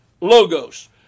logos